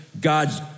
God's